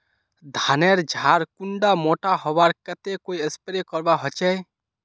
धानेर झार कुंडा मोटा होबार केते कोई स्प्रे करवा होचए?